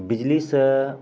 बिजलीसे